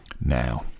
now